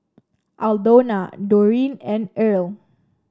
Aldona Doreen and Irl